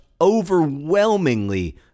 overwhelmingly